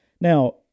Now